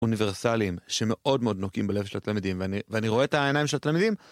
אוניברסליים שמאוד מאוד נוגעים בלב של התלמידים ואני רואה את העיניים של התלמידים